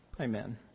Amen